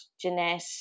Jeanette